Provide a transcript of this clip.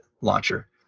launcher